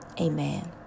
Amen